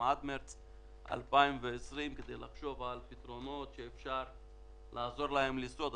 עד מרץ 2020. צריך לראות איך אפשר לעזור להם לשרוד.